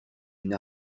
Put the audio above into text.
une